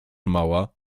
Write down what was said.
mała